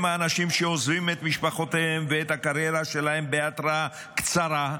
הם האנשים שעוזבים את משפחותיהם ואת הקריירה שלהם בהתראה קצרה,